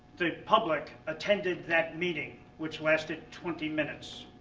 the public attended that meeting which lasted twenty minutes.